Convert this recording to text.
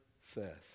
says